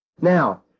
Now